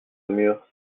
murs